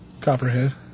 Copperhead